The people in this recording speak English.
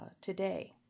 today